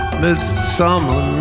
midsummer